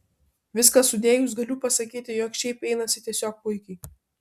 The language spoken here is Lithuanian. viską sudėjus galiu pasakyti jog šiaip einasi tiesiog puikiai